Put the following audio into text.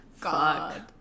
God